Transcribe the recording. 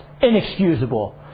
inexcusable